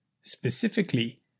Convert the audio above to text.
Specifically